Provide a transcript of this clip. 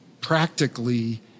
practically